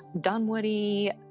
Dunwoody